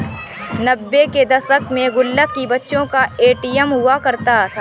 नब्बे के दशक में गुल्लक ही बच्चों का ए.टी.एम हुआ करता था